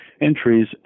entries